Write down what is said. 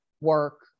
work